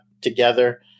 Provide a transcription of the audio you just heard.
together